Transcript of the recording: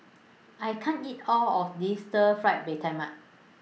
I can't eat All of This Stir Fry Mee Tai Mak